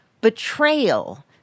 betrayal